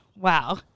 Wow